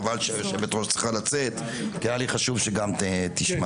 חבל שהיושבת-ראש צריכה לצאת כי היה לי חשוב שגם תשמע.